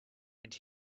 and